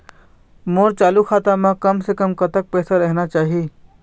मोर चालू खाता म कम से कम कतक पैसा रहना चाही?